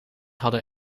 hadden